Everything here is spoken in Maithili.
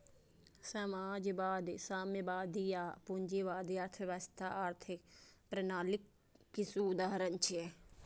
समाजवादी, साम्यवादी आ पूंजीवादी अर्थव्यवस्था आर्थिक प्रणालीक किछु उदाहरण छियै